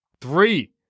three